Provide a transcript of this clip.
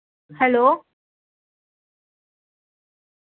hello